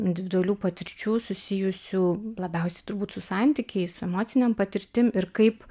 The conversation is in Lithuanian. individualių patirčių susijusių labiausiai turbūt su santykiais su emocinėm patirtim ir kaip